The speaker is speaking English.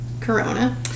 corona